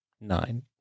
Nine